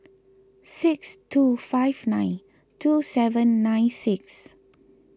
six two five nine two seven nine six